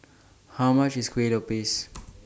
How much IS Kueh Lopes